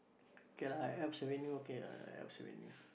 K lah I Alps Avenue okay lah I Alps Avenue